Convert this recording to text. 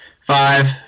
Five